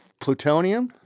plutonium